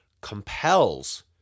compels